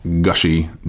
gushy